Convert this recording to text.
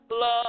love